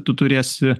tu turėsi